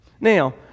now